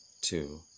two